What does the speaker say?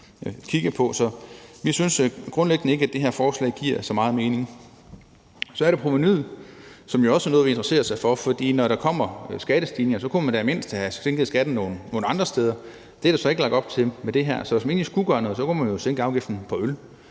kigge på. Så vi synes grundlæggende ikke, at det her forslag giver så meget mening. Så er der provenuet, som jo også er noget, vi interesserer os for, for når der kommer skattestigninger, kunne man da i det mindste have sænket skatten nogle andre steder. Det er der ikke lagt op til med det her, så hvis man endelig skulle gøre noget, kunne man jo sænke afgiften på øl